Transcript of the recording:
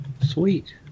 Sweet